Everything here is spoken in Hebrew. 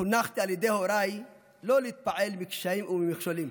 חונכתי על ידי הוריי לא להתפעל מקשיים וממכשולים